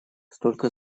cтолько